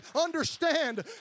understand